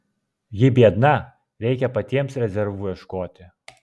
ji biedna reikia patiems rezervų ieškoti